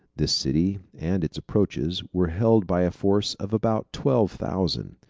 this city and its approaches were held by a force of about twelve thousand.